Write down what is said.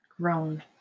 grown